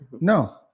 No